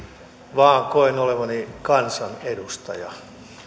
vaan koen olevani kansanedustaja